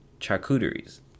charcuteries